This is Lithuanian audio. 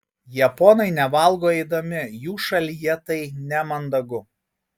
japonai nevalgo eidami jų šalyje tai nemandagu